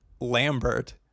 Lambert